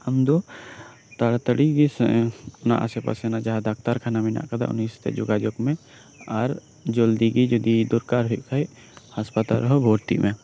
ᱟᱢ ᱫᱚ ᱛᱟᱲᱟᱛᱟᱲᱤ ᱜᱮ ᱚᱱᱟ ᱟᱥᱮᱯᱟᱥᱮ ᱨᱮ ᱡᱟᱦᱟᱸ ᱰᱟᱠᱛᱟᱨ ᱠᱷᱟᱱ ᱠᱚ ᱢᱮᱱᱟᱜ ᱟᱠᱟᱫᱟ ᱩᱱᱤ ᱥᱟᱶᱛᱮ ᱡᱳᱜᱟᱡᱳᱜ ᱢᱮ ᱟᱨ ᱡᱚᱞᱫᱤ ᱜᱮ ᱡᱩᱫᱤ ᱫᱚᱨᱠᱟᱨ ᱦᱩᱭᱩᱜ ᱠᱷᱟᱡ ᱦᱟᱸᱥᱯᱟᱛᱟᱞ ᱨᱮᱦᱚᱸ ᱵᱷᱩᱨᱛᱤᱜ ᱢᱮ